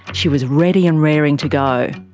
she was ready and raring to go.